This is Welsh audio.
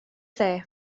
dde